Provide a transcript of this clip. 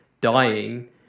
dying